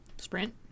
Sprint